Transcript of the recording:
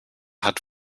hat